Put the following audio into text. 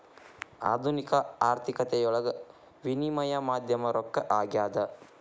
ಆಧುನಿಕ ಆರ್ಥಿಕತೆಯೊಳಗ ವಿನಿಮಯ ಮಾಧ್ಯಮ ರೊಕ್ಕ ಆಗ್ಯಾದ